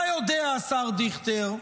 אתה יודע, השר דיכטר,